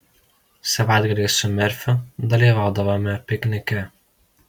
savaitgaliais su merfiu dalyvaudavo piknike